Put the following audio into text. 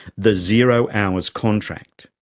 the zero hours contract.